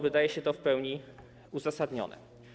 Wydaje się to w pełni uzasadnione.